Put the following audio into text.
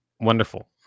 Wonderful